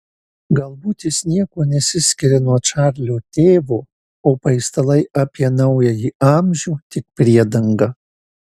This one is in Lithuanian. galbūt jis niekuo nesiskiria nuo čarlio tėvo o paistalai apie naująjį amžių tik priedanga